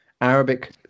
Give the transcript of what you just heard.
arabic